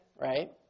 Right